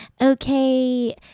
Okay